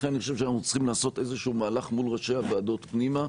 לכן אני חושב שאנחנו צריכים לעשות איזשהו מהלך מול ראשי הוועדות פנימה,